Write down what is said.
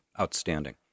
outstanding